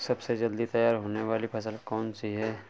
सबसे जल्दी तैयार होने वाली फसल कौन सी है?